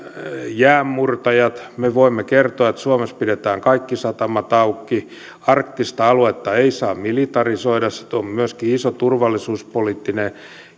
jäänmurtajat me voimme kertoa että suomessa pidetään kaikki satamat auki arktista aluetta ei saa militarisoida se on myöskin iso turvallisuuspoliittinen